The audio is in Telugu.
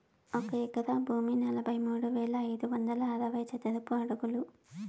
ఒక ఎకరా భూమి నలభై మూడు వేల ఐదు వందల అరవై చదరపు అడుగులు